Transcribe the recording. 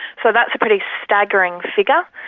so that's a pretty staggering figure.